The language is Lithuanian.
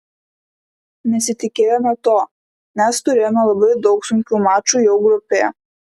nesitikėjome to nes turėjome labai daug sunkių mačų jau grupėje